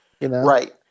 Right